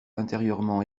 intérieurement